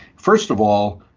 first of all,